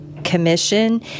commission